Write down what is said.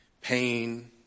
pain